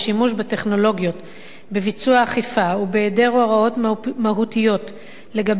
בביצוע אכיפה ובהיעדר הוראות מהותיות לגבי טיפול בהפרות מעצר,